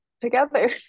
together